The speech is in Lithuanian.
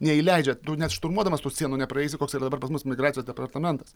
neįleidžia net šturmuodamas tų sienų nepraeisi koks yra dabar pas mus migracijos departamentas